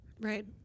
right